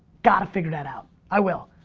gotta figure that out. i will.